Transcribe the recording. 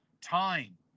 time